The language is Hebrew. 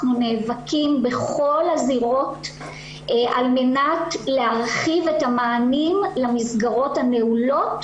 אנחנו נאבקים בכל הזירות על מנת להרחיב את המענים למסגרות הנעולות,